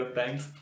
thanks